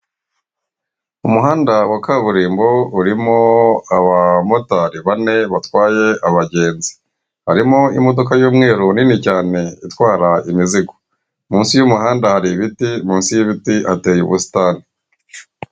Umuhanda wa Kaburimbo urimo abamotari bane batwaye abagenzi. Harimo imodoka y’umweru, nini cyane itwara imizigo ,munsi y’umuhanda hari ibiti munsi y’biti, hateye ubusitani.